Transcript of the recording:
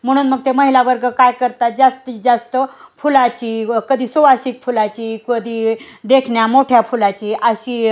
म्हणून मग ते महिला वर्ग काय करतात जास्तीत जास्त फुलाची व कधी सुवासिक फुलाची कधी देखण्या मोठ्या फुलाची अशी